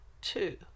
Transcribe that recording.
two